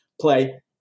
play